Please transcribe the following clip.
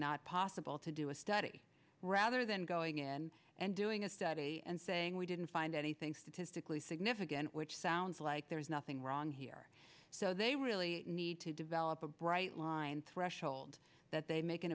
not possible to do a study rather than going in and doing a study and saying we didn't find anything statistically significant which sounds like there's nothing wrong here so they really need to develop a bright line threshold that they make an